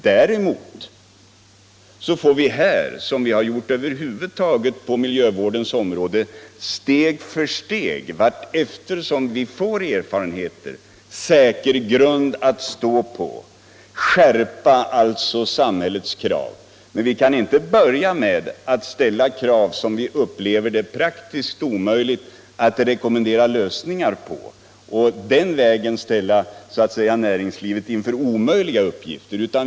Vi får här — som vi har gjort över huvud taget på miljövårdens område — vartefter som vi vinner erfarenheter och kan skapa en säker grund att stå på skärpa samhällets krav. Men vi kan inte börja med att ställa krav som vi upplever det praktiskt omöjligt att rekommendera lösningar på och att den vägen ställa näringslivet inför omöjliga uppgifter.